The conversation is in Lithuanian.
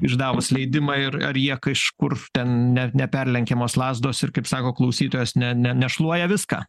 išdavus leidimą ir ar jie kažkur ten ne neperlenkiamos lazdos ir kaip sako klausytojas ne ne nešluoja viską